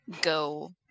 go